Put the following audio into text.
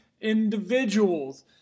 individuals